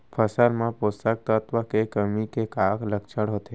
फसल मा पोसक तत्व के कमी के का लक्षण होथे?